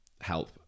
help